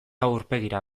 aurpegira